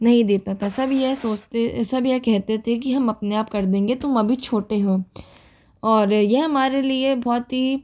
नहीं देता था सब यह सोचते सब यह कहते थे कि हम अपने आप कर देंगे तुम अभी छोटे हो और यह हमारे लिए बहुत ही